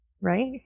right